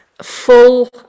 full